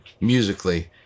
musically